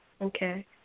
Okay